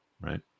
Right